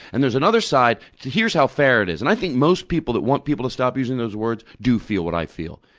and there's another side here's how fair it is. and i think most people that want people to stop using those words do feel what i feel.